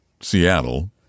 Seattle